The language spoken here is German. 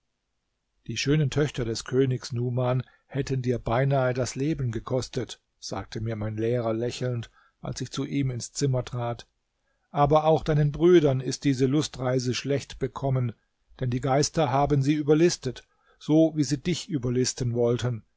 die schönen töchter des königs numan hätten dir beinahe das leben gekostet sagte mir mein lehrer lächelnd als ich zu ihm ins zimmer trat aber auch deinen brüdern ist diese lustreise schlecht bekommen denn die geister haben sie überlistet so wie sie dich überlisten wollten